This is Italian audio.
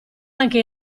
anche